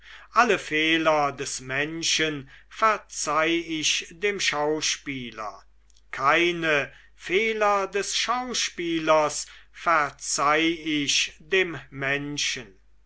alle fehler des menschen verzeih ich dem schauspieler keine fehler des schauspielers verzeih ich dem menschen